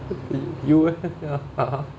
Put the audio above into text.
you eh ya !huh!